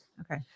Okay